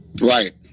Right